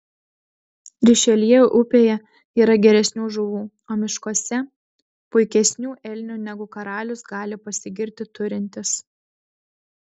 rišeljė upėje yra geresnių žuvų o miškuose puikesnių elnių negu karalius gali pasigirti turintis